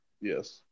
Yes